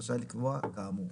רשאי לקבוע כאמור".